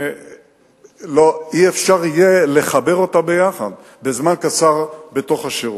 לא יהיה אפשר לחבר אותם ביחד בזמן קצר בתוך השירות.